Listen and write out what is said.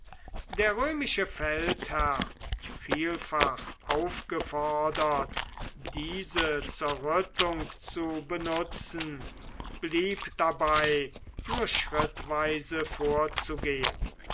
der römische feldherr vielfach aufgefordert diese zerrüttung zu benutzen blieb dabei nur schrittweise vorzugehen